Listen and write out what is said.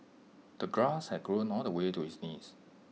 the grass had grown all the way to his knees